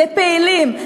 לפעילים,